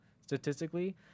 statistically